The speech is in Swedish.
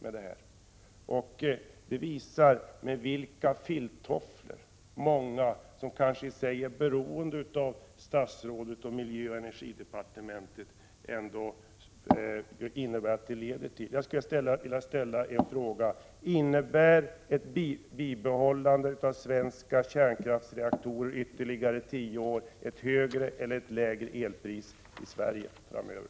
Det visar i vilka filttofflor många, som kanske är beroende av statsrådet och av miljöoch energidepartementet, har agerat. Jag skulle vilja fråga: Innebär ett bibehållande av svenska kärnkraftsreaktorer i ytterligare tio år ett högre eller ett lägre elpris i Sverige framöver?